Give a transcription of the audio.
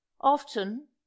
Often